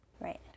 Right